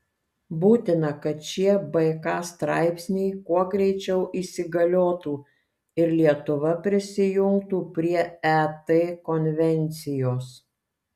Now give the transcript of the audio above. būtina kad šie bk straipsniai kuo greičiau įsigaliotų ir lietuva prisijungtų prie et konvencijos